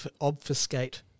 obfuscate